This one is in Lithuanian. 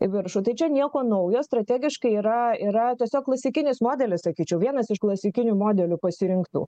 į viršų tai čia nieko naujo strategiškai yra yra tiesiog klasikinis modelis sakyčiau vienas iš klasikinių modelių pasirinktų